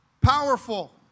powerful